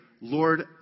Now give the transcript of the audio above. Lord